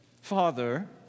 Father